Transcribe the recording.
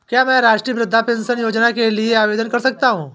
क्या मैं राष्ट्रीय वृद्धावस्था पेंशन योजना के लिए आवेदन कर सकता हूँ?